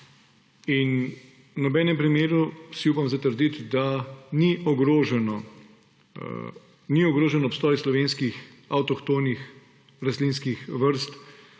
V nobenem primeru, si upam zatrditi, da ni ogrožen obstoj slovenskih avtohtonih